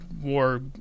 war